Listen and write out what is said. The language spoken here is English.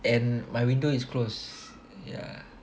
and my window is closed ya